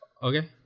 Okay